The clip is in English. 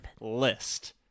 list